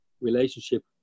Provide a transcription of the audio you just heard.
relationship